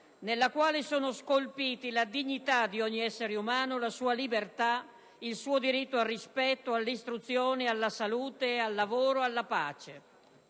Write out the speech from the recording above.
nella quale sono scolpiti la dignità di ogni essere umano, la sua libertà, il suo diritto al rispetto, all'istruzione, alla salute, al lavoro, alla pace: